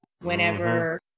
whenever